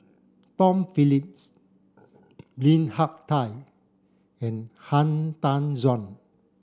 Tom Phillips Lim Hak Tai and Han Tan Juan